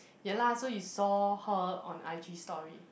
ya lah so you saw her on i_g story